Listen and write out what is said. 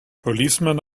policemen